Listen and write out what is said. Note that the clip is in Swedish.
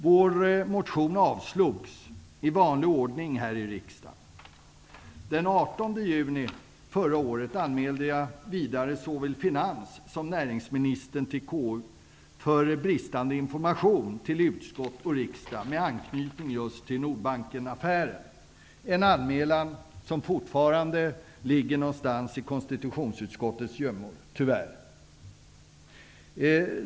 Vår motion avslogs i vanlig ordning här i riksdagen. Den 18 juni förra året anmälde jag såväl finanssom näringsministern till KU för bristande information till utskott och riksdag med anknytning just till Nordbankenaffären, en anmälan som fortfarande ligger någonstans i konstitutionsutskottets gömmor, tyvärr.